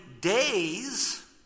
days